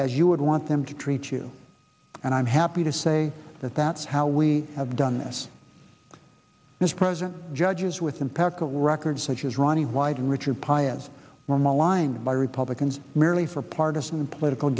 as you would want them to treat you and i'm happy to say that that's how we have done this this president judges with impeccable record such as ronnie white and richard pi as well maligned by republicans merely for partisan political